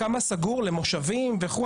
כמה סגור למושבים וכו'?